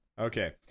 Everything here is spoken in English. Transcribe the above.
Okay